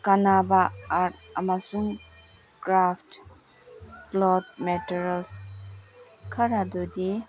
ꯀꯥꯅꯕ ꯑꯥꯔꯠ ꯑꯃꯁꯨꯡ craft cloth materials ꯈꯔꯗꯨꯗꯤ